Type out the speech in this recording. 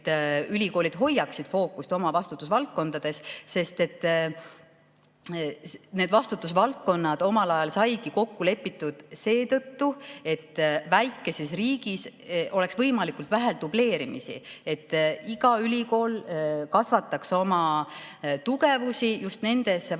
ülikoolid hoiaksid fookust oma vastutusvaldkondadel, sest need vastutusvaldkonnad omal ajal saigi kokku lepitud seetõttu, et väikeses riigis oleks võimalikult vähe dubleerimist, iga ülikool kasvataks oma tugevusi just nendes valdkondades,